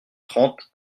trente